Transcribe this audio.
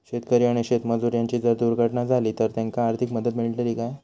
शेतकरी आणि शेतमजूर यांची जर दुर्घटना झाली तर त्यांका आर्थिक मदत मिळतली काय?